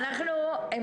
אם אנחנו רוצים